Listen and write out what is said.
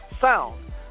sound